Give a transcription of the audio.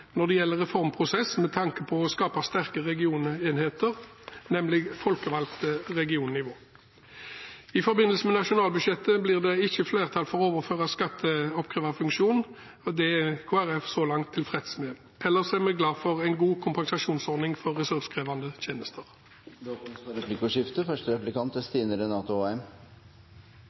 når det gjelder reformprosessen, med tanke på å skape sterke regionenheter, nemlig folkevalgt regionnivå. I forbindelse med revidert nasjonalbudsjettet blir det ikke flertall for å overføre skatteoppkreverfunksjonen. Det er Kristelig Folkeparti så langt tilfreds med. Ellers er vi glad for en god kompensasjonsordning for ressurskrevende tjenester. Det blir replikkordskifte. Jeg har lyst til å takke representanten for